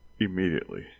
immediately